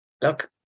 Look